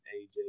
AJ